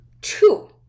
two